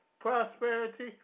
Prosperity